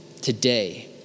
today